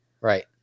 right